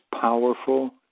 powerful